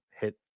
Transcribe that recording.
hit